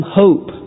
hope